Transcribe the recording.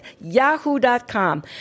yahoo.com